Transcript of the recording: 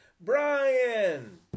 Brian